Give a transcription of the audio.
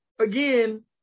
again